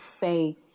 say